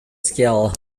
skill